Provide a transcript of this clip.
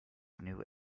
new